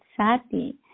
Sati